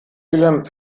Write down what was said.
wilhelm